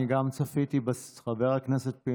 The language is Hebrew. גם אני צפיתי כמוך בסרטון הזה, חבר הכנסת פינדרוס,